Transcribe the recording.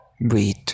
breathe